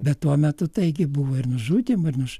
bet tuo metu taigi buvo ir nužudymų ir nu